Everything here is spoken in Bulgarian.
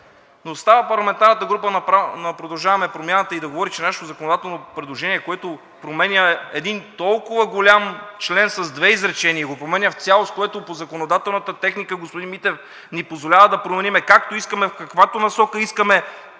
да става парламентарната група на „Продължаваме Промяната“ и да говори, че нашето законодателно предложение, което променя един толкова голям член с две изречения и го променя в цялост, считам, че не е редно. Това по законодателната техника, господин Митев, ни позволява да променим както искаме в каквато насока искаме